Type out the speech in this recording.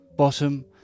Bottom